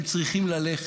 הם צריכים ללכת,